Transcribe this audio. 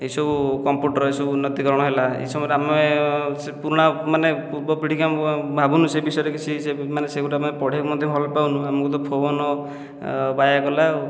ଏହିସବୁ କମ୍ପୁଟର ଏସବୁ ଉନ୍ନତିକରଣ ହେଲା ଏହି ସମୟରେ ଆମେ ସେ ପୁରୁଣା ମାନେ ପୂର୍ବ ପିଢ଼ି କି ଆମକୁ ଭାବୁନୁ ସେ ବିଷୟରେ କିଛି ସେ ମାନେ ସେ ଗୋଟିଏ ଆମେ ପଢ଼ିବାକୁ ମଧ୍ୟ ଭଲ ପାଉନୁ ଆମକୁ ତ ଫୋନ ବାୟା କଲା ଆଉ